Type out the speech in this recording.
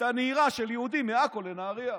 הייתה נהירה של יהודים מעכו לנהריה.